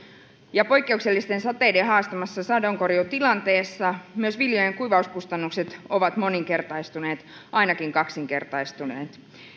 palautus poikkeuksellisten sateiden haastamassa sadonkorjuutilanteessa myös viljojen kuivauskustannukset ovat moninkertaistuneet ainakin kaksinkertaistuneet